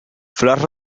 flors